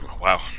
Wow